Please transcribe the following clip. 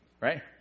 Right